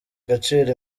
agaciro